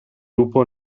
lupo